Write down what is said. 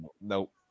Nope